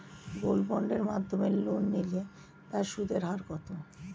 Gold বন্ডের মাধ্যমে loan নিলে তার সুদের হার কত?